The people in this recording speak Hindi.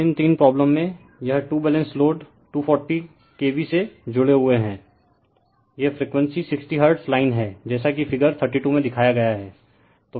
तो इन तीन प्रॉब्लम में यह टू बैलेंस लोड 240 kV से जुड़े हुए हैं यह फ्रीक्वेंसी 60 हर्ट्ज लाइन है जैसा कि फिगर 32 में दिखाया गया है